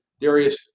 Darius